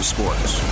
Sports